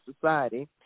society